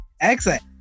excellent